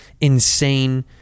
insane